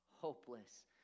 hopeless